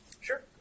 Sure